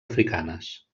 africanes